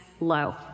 low